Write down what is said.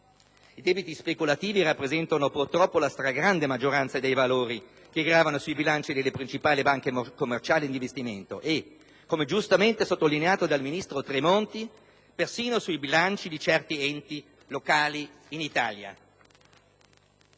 I debiti speculativi rappresentano purtroppo la stragrande maggioranza dei valori che gravano sui bilanci delle principali banche commerciali e di investimento, e, come giustamente sottolineato dal ministro Tremonti, persino sui bilanci di certi enti locali italiani.